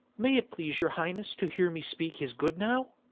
may it please your highnesse to heare me speake his good now?